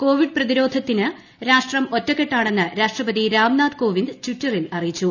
Covid പ്രതിരോധത്തിന് ്രാഷ്ട്രം ഒറ്റക്കെട്ടാണെന്ന് രാഷ്ട്രപതി രാംനാഥ് കോവിന്ദ് ട്വിറ്ററിൽ അറിയിച്ചു